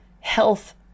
health